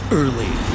early